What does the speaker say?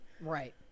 Right